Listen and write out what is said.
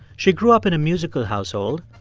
she grew up in a musical household.